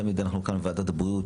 תמיד אנחנו כאן בוועדת הבריאות,